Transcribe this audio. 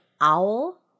owl